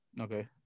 Okay